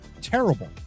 Terrible